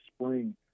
spring